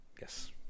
Yes